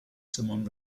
someone